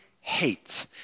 hate